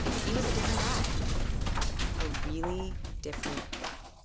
he was a different guy a really different guy.